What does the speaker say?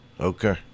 Okay